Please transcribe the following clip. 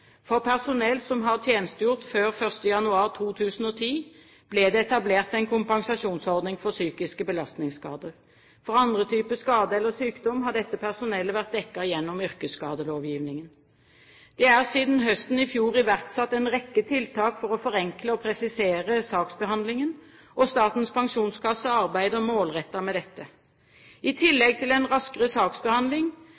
For personell som har tjenestegjort før 1. januar 2010, ble det etablert en kompensasjonsordning for psykiske belastningsskader. For andre typer skade eller sykdom har dette personellet vært dekket gjennom yrkesskadelovgivningen. Det er siden høsten i fjor iverksatt en rekke tiltak for å forenkle og presisere saksbehandlingen, og Statens pensjonskasse arbeider målrettet med dette. I